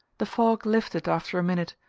the fog lifted after a minute,